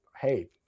hey